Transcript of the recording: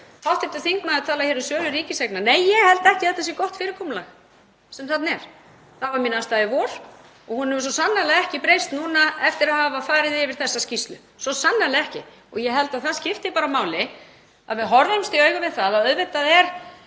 yfir þetta. Hv. þingmaður talar hér um sölu ríkiseigna. Nei, ég held ekki að þetta sé gott fyrirkomulag sem þarna er. Það var mín afstaða í vor og hún hefur svo sannarlega ekki breyst eftir að hafa farið yfir þessa skýrslu, svo sannarlega ekki. Ég held að það skipti máli að við horfumst í augu við það þegar við